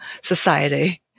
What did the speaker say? society